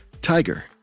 tiger